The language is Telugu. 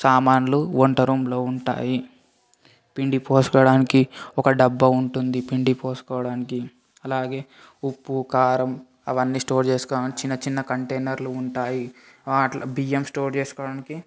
సామాన్లు వంట రూంలో ఉంటాయి పిండి పోసుకోడానికి ఒక డబ్బా ఉంటుంది పిండి పోసుకోడానికి అలాగే ఉప్పు కారం అవన్నీ స్టోర్ చేసుకోడానికి చిన్న చిన్న కంటైనర్లు ఉంటాయి వాటిలో బియ్యం స్టోర్ చేసుకోడానికి